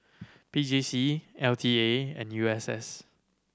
P J C L T A and U S S